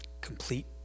Complete